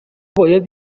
باید